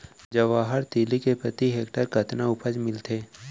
जवाहर तिलि के प्रति हेक्टेयर कतना उपज मिलथे?